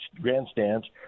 grandstands